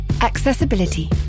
Accessibility